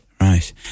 Right